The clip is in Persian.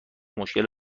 مشکل